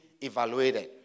evaluated